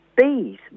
bees